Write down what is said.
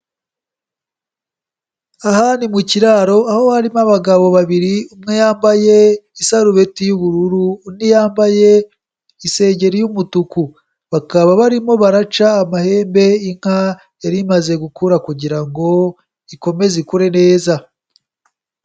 Aha ni mu kiraro, aho harimo abagabo babiri, umwe yambaye isarubeti y'ubururu, undi yambaye isengeri y'umutuku, bakaba barimo baraca amahembe inka yari imaze gukura kugira ngo ikomeze ikure neza.